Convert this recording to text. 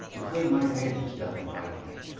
to claim my vantage doth invite me.